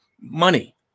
money